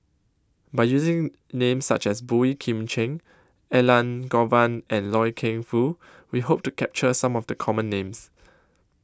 By using Names such as Boey Kim Cheng Elangovan and Loy Keng Foo We Hope to capture Some of The Common Names